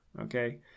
okay